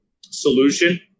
solution